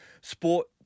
sport